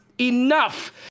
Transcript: enough